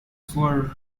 for